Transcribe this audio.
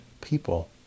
people